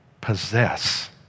possess